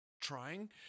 trying